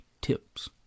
tips